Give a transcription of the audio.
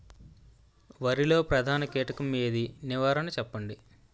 వరిలో ప్రధాన కీటకం ఏది? నివారణ చెప్పండి?